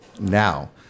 now